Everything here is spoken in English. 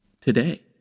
today